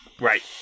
right